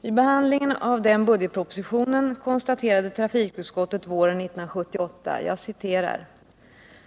Vid behandlingen av denna budgetproposition konstaterade trafikutskottet våren 1978: